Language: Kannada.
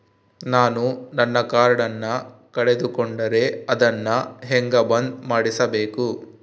ನಾನು ನನ್ನ ಕಾರ್ಡನ್ನ ಕಳೆದುಕೊಂಡರೆ ಅದನ್ನ ಹೆಂಗ ಬಂದ್ ಮಾಡಿಸಬೇಕು?